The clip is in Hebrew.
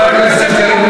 אבל מה זה מפריע לך?